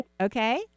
Okay